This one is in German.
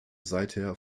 seither